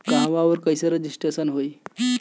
कहवा और कईसे रजिटेशन होई?